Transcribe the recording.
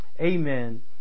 Amen